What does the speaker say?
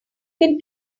can